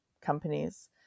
companies